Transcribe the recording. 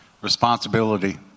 Responsibility